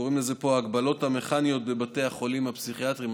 קוראים לזה פה "ההגבלות המכאניות" בבתי החולים הפסיכיאטריים,